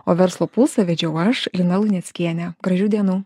o verslo pulsą vedžiau aš lina luneckienė gražių dienų